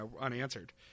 unanswered